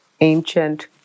ancient